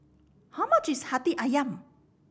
how much is Hati Ayam